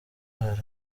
hari